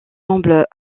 semble